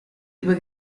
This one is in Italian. due